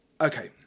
Okay